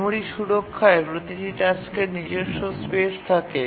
memory সুরক্ষায় প্রতিটি টাস্কের নিজস্ব স্পেস থাকে